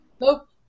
Nope